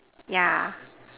yeah